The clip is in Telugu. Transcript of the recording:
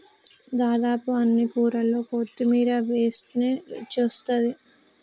దాదాపు అన్ని కూరల్లో కొత్తిమీర వేస్టనే రుచొస్తాది